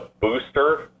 booster